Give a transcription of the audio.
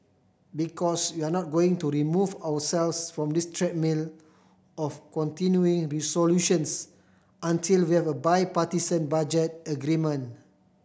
because we're not going to remove ourselves from this treadmill of continuing resolutions until we have a bipartisan budget agreement